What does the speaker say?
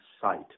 site